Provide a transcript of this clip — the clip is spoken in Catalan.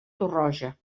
torroja